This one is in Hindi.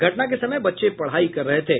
घटना के समय बच्चे पढ़ाई कर रहे थे